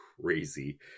crazy